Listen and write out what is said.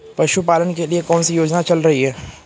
पशुपालन के लिए कौन सी योजना चल रही है?